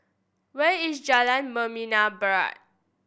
where is Jalan Membina Barat